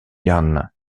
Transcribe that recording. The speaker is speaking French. jan